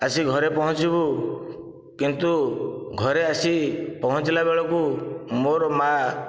ଆସି ଘରେ ପହଞ୍ଚିବୁ କିନ୍ତୁ ଘରେ ଆସି ପହଞ୍ଚିଲା ବେଳକୁ ମୋର ମାଆ